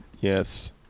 Yes